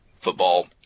football